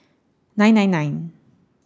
nine nine nine